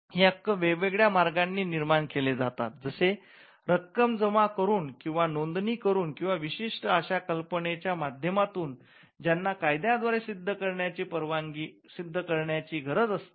हे हक्क वेगवेगळ्या मार्गांनी निर्माण केले जातात जसे रक्कम जमा करून किंवा नोंदणी करून किंवा विशिष्ट अशा कल्पनेच्या माध्यमातून ज्याना कायद्या द्वारे सिद्ध करण्याची गरज असते